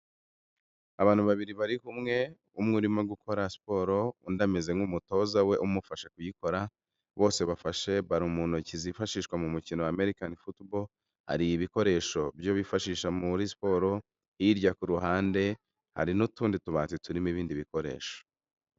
Abantu babiri bari kumwe, umwe urimo gukora siporo, undi ameze nk'umutoza we umufasha kuyikora, bose bafashe baro mu ntoki zifashishwa mu mukino wa American football, hari ibikoresho byo bifashisha muri siporo, hirya ku ruhande, hari n'utundi tubati turimo ibindi bikoresho.